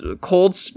cold